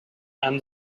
and